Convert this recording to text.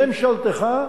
בממשלתך,